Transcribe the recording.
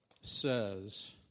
says